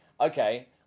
okay